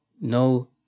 no